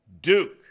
Duke